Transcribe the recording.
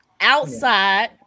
outside